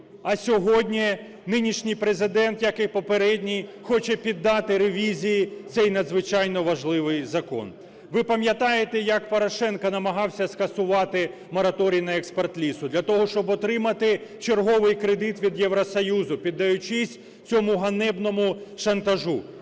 А сьогодні нинішній Президент, як і попередній, хоче піддати ревізії цей надзвичайно важливий закон. Ви пам'ятаєте, як Порошенко намагався скасувати мораторій на експорт лісу для того, щоб отримати черговий кредит від Євросоюзу, піддаючись цьому ганебному шантажу,